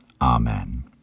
Amen